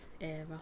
era